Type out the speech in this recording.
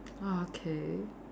okay